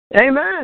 Amen